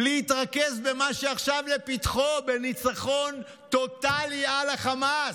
להתרכז במה שעכשיו לפתחו, בניצחון טוטלי על חמאס,